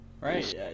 Right